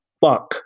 fuck